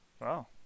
Wow